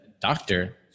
doctor